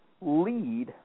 lead